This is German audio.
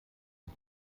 und